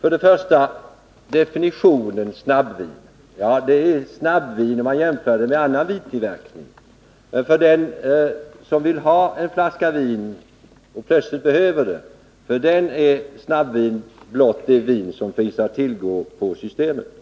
Först beträffande definitionen av snabbvin: Det är snabbvin om man jämför det med annan vintillverkning. Men för den som plötsligt behöver en flaska vin är snabbvin blott det vin som finns att tillgå på Systemet.